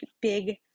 big